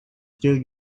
still